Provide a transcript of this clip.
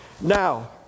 Now